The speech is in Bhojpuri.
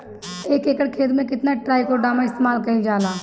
एक एकड़ खेत में कितना ट्राइकोडर्मा इस्तेमाल कईल जाला?